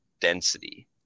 density